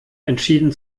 entschieden